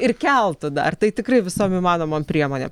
ir keltu dar tai tikrai visom įmanomom priemonėm